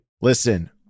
Listen